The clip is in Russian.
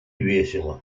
весело